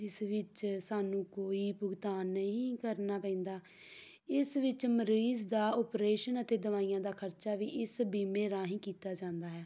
ਜਿਸ ਵਿੱਚ ਸਾਨੂੰ ਕੋਈ ਭੁਗਤਾਨ ਨਹੀਂ ਕਰਨਾ ਪੈਂਦਾ ਇਸ ਵਿੱਚ ਮਰੀਜ਼ ਦਾ ਓਪਰੇਸ਼ਨ ਅਤੇ ਦਵਾਈਆਂ ਦਾ ਖਰਚਾ ਵੀ ਇਸ ਬੀਮੇ ਰਾਹੀਂ ਕੀਤਾ ਜਾਂਦਾ ਹੈ